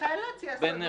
מתי תציעו נוסח?